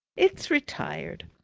it's retired.